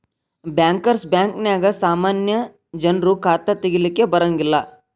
bankers ಬ್ಯಾಂಕ ನ್ಯಾಗ ಸಾಮಾನ್ಯ ಜನ್ರು ಖಾತಾ ತಗಿಲಿಕ್ಕೆ ಬರಂಗಿಲ್ಲಾ